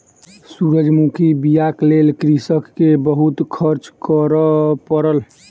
सूरजमुखी बीयाक लेल कृषक के बहुत खर्च करअ पड़ल